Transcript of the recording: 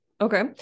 Okay